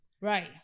Right